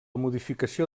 modificació